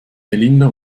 melinda